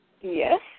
Yes